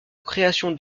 création